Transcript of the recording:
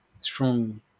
strong